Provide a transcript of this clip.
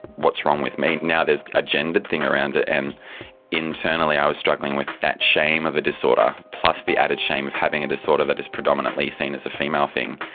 what's wrong with me? now there's a gendered thing around it, and internally i was struggling with that shame of a disorder, plus the added shame of having a disorder that is predominantly seen as a female thing.